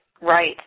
right